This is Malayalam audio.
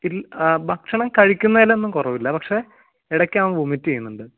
ഇതിൽ ഭക്ഷണം കഴിക്കുന്നതിലൊന്നും കുറവില്ല പക്ഷേ ഇടയ്ക്ക് അവൻ വൊമിറ്റ് ചെയ്യുന്നുണ്ട്